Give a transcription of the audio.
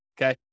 okay